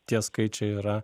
tie skaičiai yra